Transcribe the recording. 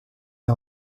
est